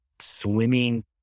swimming